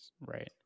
Right